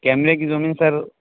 کیمرے کی زومنگ سر